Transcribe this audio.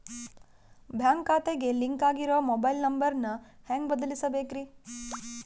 Bank ಖಾತೆಗೆ link ಆಗಿರೋ mobile number ನ ಹೆಂಗ್ ಬದಲಿಸಬೇಕ್ರಿ?